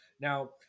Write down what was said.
Now